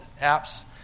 apps